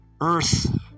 Earth